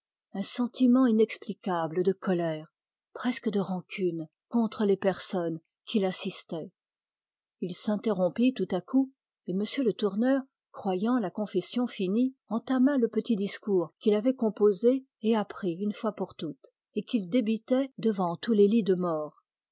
un sentiment inexplicable de colère presque de rancune contre les personnes qui l'assistaient il s'interrompit tout à coup et m le tourneur croyant la confession finie entama le petit discours qu'il avait composé et appris une fois pour toutes et qu'il débitait devant tous les lits de mort